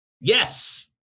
Yes